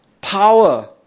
power